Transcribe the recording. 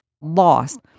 Lost